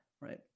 right